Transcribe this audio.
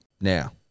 Now